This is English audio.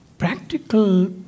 practical